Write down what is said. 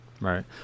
right